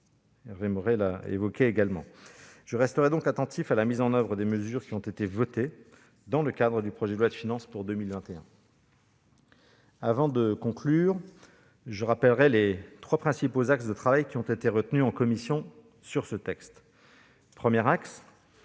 Je resterai donc attentif à la mise en oeuvre des mesures votées dans le cadre du projet de loi de finances pour 2021. Avant de conclure, je rappellerai les trois principaux axes de travail retenus en commission sur ce texte. Le premier axe